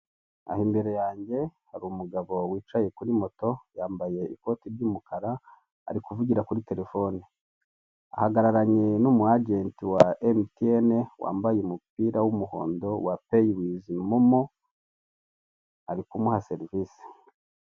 Aha imbere yanjye hari umugabo wicaye kuri moto, yambaye ikote ry'umukara ari kuvugira kuri terefone, ahagararanye n'umwajenti wa emutiyene wambaye umupira w'umuhondo wa peyi wivi momo, ari kumuha serivise.